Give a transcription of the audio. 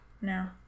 No